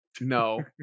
No